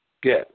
Good